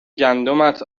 گندمت